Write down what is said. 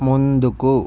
ముందుకు